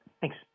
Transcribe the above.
Thanks